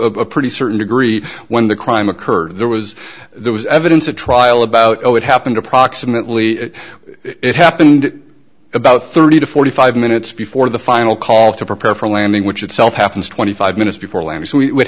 a pretty certain degree when the crime occurred there was there was evidence a trial about what happened approximately it happened about thirty to forty five minutes before the final call to prepare for landing which itself happens twenty five minutes before landing so we would